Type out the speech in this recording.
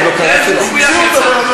עוד לא קראתי לך,